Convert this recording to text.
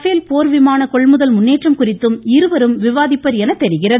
பேல் போர் விமான கொள்முதல் முன்னேற்றம் குறித்தும் இருவரும் விவாதிப்பர் என தெரிகிறது